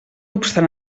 obstant